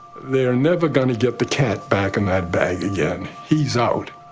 they're never gonna get the cat back in that bag again. he's out.